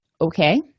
Okay